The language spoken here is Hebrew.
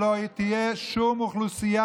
שלא תהיה שום אוכלוסייה,